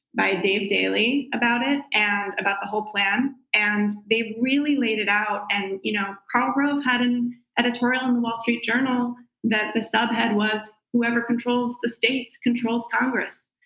by dave daley about it, and about the whole plan, and they really laid it out. and you know, karl rove had an editorial in the wall street journal that the subhead was whoever controls the states controls congress.